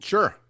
Sure